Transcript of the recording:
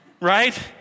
Right